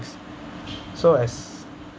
so as